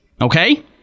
Okay